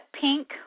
pink